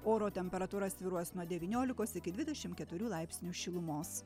oro temperatūra svyruos nuo devyniolikos iki dvidešim keturių laipsnių šilumos